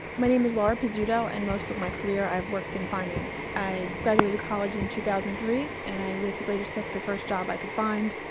my name is laura pizzuto and most of my career i've worked in finance. i graduated college in two thousand and three and i basically just took the first job i could find.